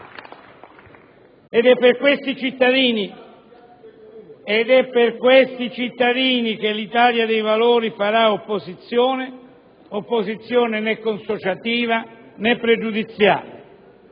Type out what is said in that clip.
Ed è per questi cittadini che l'Italia dei Valori farà opposizione. Un'opposizione né consociativa né pregiudiziale,